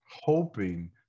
hoping